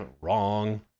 Wrong